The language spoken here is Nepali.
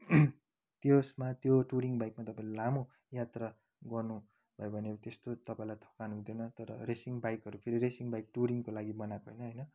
त्यसमा तपाईँले त्यो टुरिङ बाइकमा तपाईँले लामो यात्रा गर्नुभयो भने त्यस्तो तपाईँलाई थकान हुँदैन तर रेसिङ बाइकहरू फेरि रेसिङ बाइक टुरिङको लागि बनाएको पनि होइन